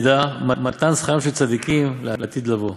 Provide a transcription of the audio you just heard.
ודע מתן שכרן של צדיקים לעתיד לבוא."